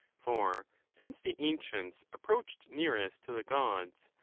for since the ancients approached nearest to the gods,